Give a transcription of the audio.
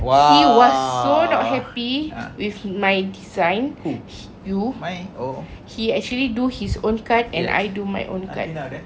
she was so not happy with my design you he actually do his own card and I do my own card